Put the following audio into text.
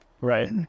right